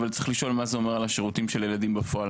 אבל צריך לראות מה זה אומר על השירותים של הילדים בפועל?